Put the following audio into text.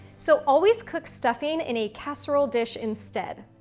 so always cook stuffing in a casserole dish instead.